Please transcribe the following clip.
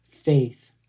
faith